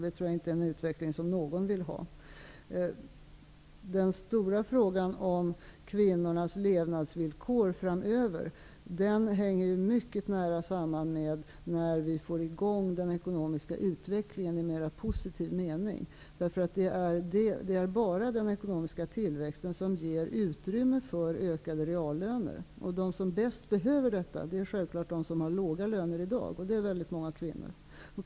Det är en utveckling som jag inte tror att någon vill ha. Den stora frågan om kvinnornas levnadsvillkor framöver hänger mycket nära samman med när vi får i gång den ekonomiska utvecklingen i mera positiv mening. Det är bara ekonomisk tillväxt som ger utrymme för ökade reallöner. De som bäst behöver det är självfallet de som har låga löner i dag. Det är många kvinnor.